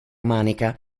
manica